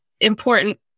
important